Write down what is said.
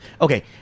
okay